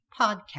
Podcast